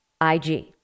IG